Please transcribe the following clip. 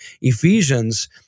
Ephesians